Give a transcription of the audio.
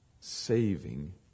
saving